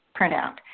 printout